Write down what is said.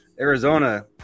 Arizona